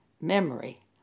memory